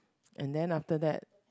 and then after that